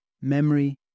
memory